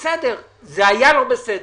וזה היה לא בסדר.